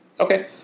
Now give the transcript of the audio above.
Okay